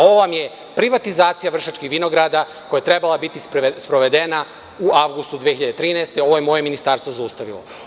Ovo vam je privatizacija Vršačkih vinograda koja je trebala biti sprovedena u avgustu 2013. godine, ovo je moje ministarstvo zaustavilo.